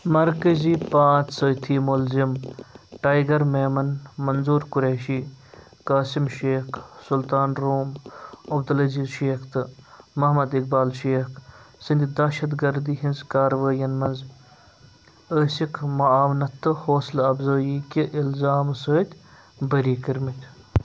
مرکَزی پانٛژھ سٲتھی مُلزِم ٹایگر میمن منظور قریشی قاسم شیخ سلطان روم عبد للعزیز شیخ تہٕ محمد اقبال شیخ سٕنٛدِ دہشت گردی ہنٛز کارروٲیَن منٛز ٲسِکھ معاونت تہٕ حوصلہ افزٲئی کہِ الزامہٕ سۭتۍ بھٔری کٔرۍ مِتۍ